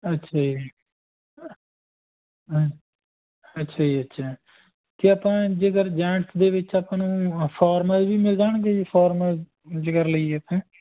ਅੱਛਾ ਜੀ ਅ ਅੱਛਾ ਜੀ ਅੱਛਾ ਅਤੇ ਆਪਾਂ ਜੇਕਰ ਜੈਂਟਸ ਦੇ ਵਿੱਚ ਆਪਾਂ ਨੂੰ ਫੋਰਮਲ ਵੀ ਮਿਲ ਜਾਣਗੇ ਜੀ ਫੋਰਮਲ ਜੇਕਰ ਲਈਏ ਤਾਂ